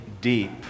deep